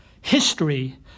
history